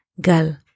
gal